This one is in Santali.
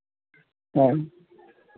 ᱦᱮᱸ